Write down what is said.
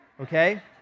Okay